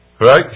Right